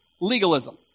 legalism